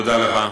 תודה לך.